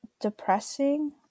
depressing